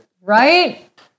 Right